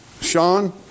Sean